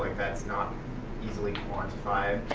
that's not easily quantified.